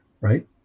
right